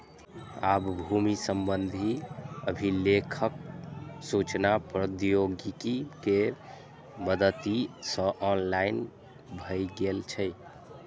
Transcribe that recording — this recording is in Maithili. आब भूमि संबंधी अभिलेख सूचना प्रौद्योगिकी के मदति सं ऑनलाइन भए गेल छै